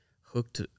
hooked